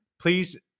Please